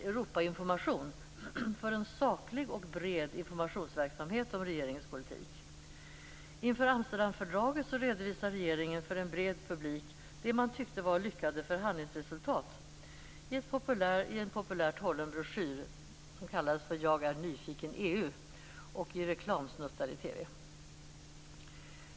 Europainformation för en saklig och bred informationsverksamhet om regeringens politik. Inför Amsterdamfördraget redovisade regeringen för en bred publik det man tyckte var lyckade förhandlingsresultat i en populärt hållen broschyr som kallades för Jag är nyfiken EU och i reklamsnuttar i TV.